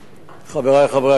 חברי חברי הכנסת,